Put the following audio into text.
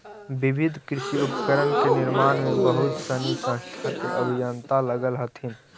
विविध कृषि उपकरण के निर्माण में बहुत सनी संस्था के अभियंता लगल हथिन